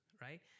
Right